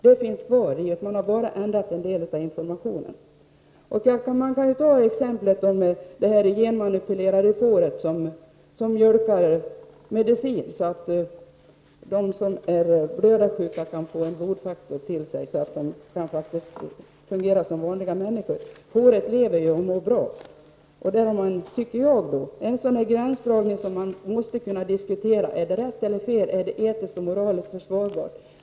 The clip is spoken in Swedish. Det finns kvar — man har bara ändrat en del av informationen. Låt mig som exempel ta det genmanipulerade får som ger medicin i form av mjölk, vilket gör det möjligt för blödarsjuka att få en blodfaktor som leder till att de kan fungera som friska människor. Fåret lever ju och mår bra. I ett sådant fall måste man kunna diskutera vad som är rätt resp. fel och vad som är moraliskt försvarbart.